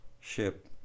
ship